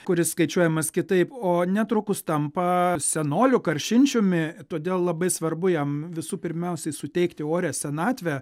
kuris skaičiuojamas kitaip o netrukus tampa senoliu karšinčiumi todėl labai svarbu jam visų pirmiausiai suteikti orią senatvę